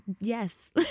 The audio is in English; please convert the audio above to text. yes